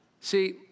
See